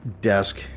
desk